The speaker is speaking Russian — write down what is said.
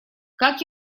как